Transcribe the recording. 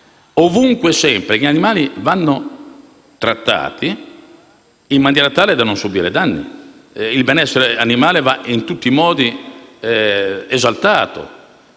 ovunque e sempre gli animali vanno trattati in maniera tale da non subire danni, che il benessere animale va in tutti i modi esaltato,